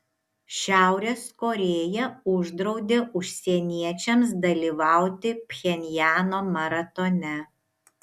šiaurės korėja uždraudė užsieniečiams dalyvauti pchenjano maratone